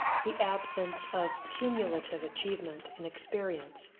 the absence of cumulative achievement in experience,